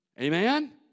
Amen